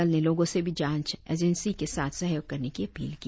दल ने लोगों से भी जांच एजेंसी के साथ सहयोग करने की अपील की